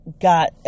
got